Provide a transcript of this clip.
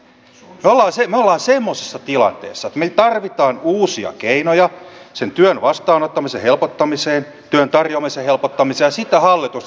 me olemme semmoisessa tilanteessa että me tarvitsemme uusia keinoja sen työn vastaanottamisen helpottamiseen työn tarjoamisen helpottamiseen ja sitä hallitus tässä nyt hakee